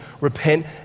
Repent